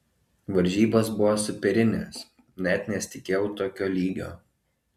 varžybos buvo superinės net nesitikėjau tokio lygio